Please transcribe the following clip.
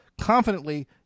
confidently